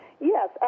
Yes